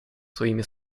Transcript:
своими